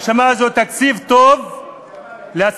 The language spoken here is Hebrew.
הנשמה זה תקציב טוב להצלתה.